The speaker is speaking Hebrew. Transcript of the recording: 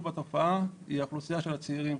בתופעה היא האוכלוסייה של הצעירים.